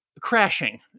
crashing